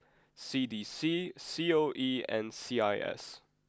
C D C C O E and C I S